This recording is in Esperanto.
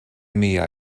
mia